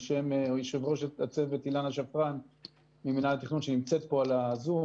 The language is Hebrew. על שם יושב ראש הצוות אילנה שפרן ממינהל התכנון שנמצאת פה בזום